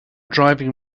driving